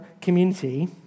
community